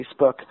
facebook